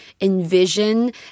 envision